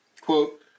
Quote